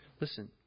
Listen